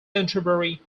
canterbury